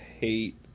hate